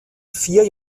vier